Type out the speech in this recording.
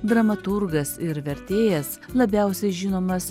dramaturgas ir vertėjas labiausiai žinomas